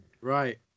Right